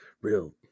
real